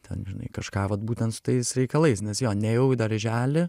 ten žinai kažką vat būtent su tais reikalais nes jo neėjau į darželį